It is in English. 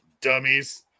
dummies